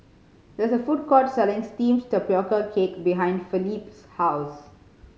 there is a food court selling steamed tapioca cake behind Felipe's house